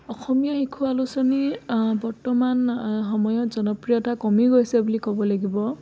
অসমীয়া শিশু আলোচনী বৰ্তমান সময়ত জনপ্ৰিয়তা কমি গৈছে বুলি ক'ব লাগিব